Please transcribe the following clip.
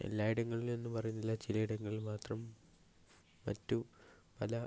എല്ലായിടങ്ങളിലുമെന്ന് പറയുന്നില്ല ചിലയിടങ്ങളിൽ മാത്രം മറ്റു പല